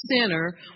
center